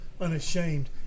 unashamed